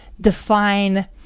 define